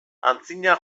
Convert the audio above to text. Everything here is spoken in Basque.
antzina